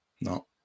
No